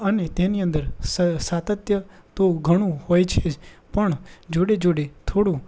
અને તેની અંદર સાતત્ય તો ઘણું હોય છે જ પણ જોડે જોડે થોડું